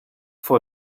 for